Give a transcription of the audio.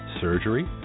surgery